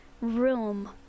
room